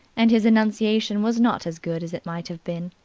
and his enunciation was not as good as it might have been.